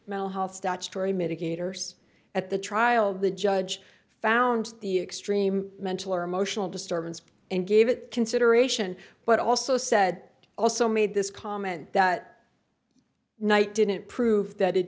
health statutory mitigators at the trial the judge found the extreme mental or emotional disturbance and gave it consideration but also said also made this comment that night didn't prove that it